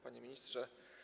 Panie Ministrze!